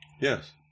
Yes